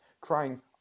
crying